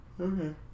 Okay